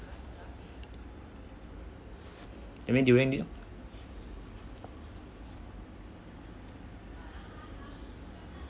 I mean during